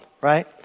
right